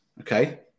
Okay